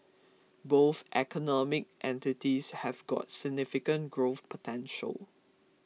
both economic entities have got significant growth potential